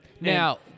Now